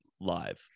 live